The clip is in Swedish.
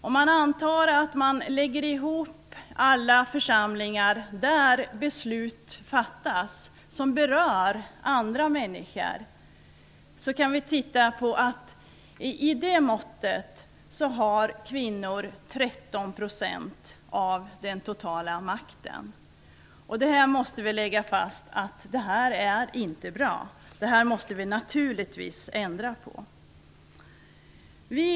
Om man lägger ihop alla församlingar där beslut fattas som berör andra människor, kan man se att kvinnor har 13 % av den totala makten. Det måste slås fast att det inte är bra, och vi måste naturligtvis ändra på det.